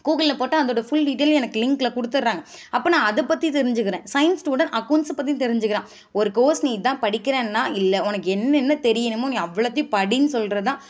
கூகுள்ல போட்டால் அதோடய ஃபுல் டீட்டெயில் எனக்கு லிங்க்ல கொடுத்துட்றாங்க அப்போது நான் அதை பற்றி தெரிஞ்சிக்கிறேன் சையின்ஸ் ஸ்டூடெண்ட் அகௌண்ட்ஸ பற்றியும் தெரிஞ்சிக்கிறான் ஒரு கோர்ஸ் நீ இதுதான் படிக்கிறேன்னா இல்லை உனக்கு என்னென்ன தெரியணுமோ நீ அவ்வளோத்தையும் படின்னு சொல்கிறதுதான்